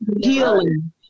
healing